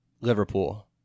Liverpool